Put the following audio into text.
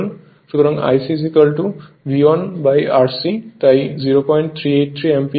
সুতরাং Ic V1 R c তাই 0383 ampere